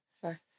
Sure